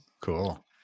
Cool